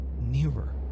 nearer